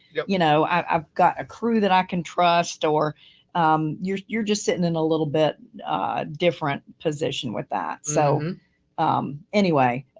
yeah you know, i've got a crew that i can trust, or you're you're just sitting in a little bit different position with that. so anyway,